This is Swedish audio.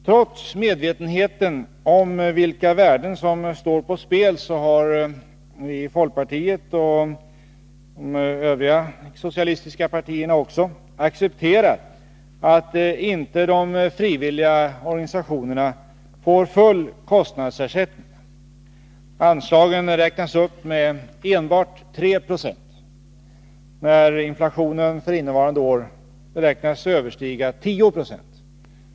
Trots medvetenheten om vilka värden som står på spel har vi i folkpartiet liksom också de socialistiska partierna accepterat att inte de frivilliga organisationerna får full kostnadsersättning. Anslaget räknas upp med endast 3 96 samtidigt som inflationen för innevarande år beräknas överstiga 10 96.